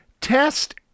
Test